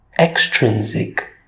extrinsic